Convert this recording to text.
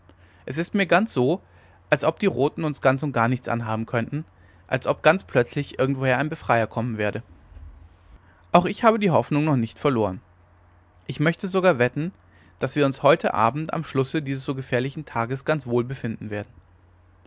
es ist mir ganz so als ob diese roten uns ganz und gar nichts anhaben könnten als ob ganz plötzlich irgendwoher ein befreier kommen werde möglich auch ich habe die hoffnung noch nicht verloren ich möchte sogar wetten daß wir uns heut abend am schlusse dieses so gefährlichen tages ganz wohl befinden werden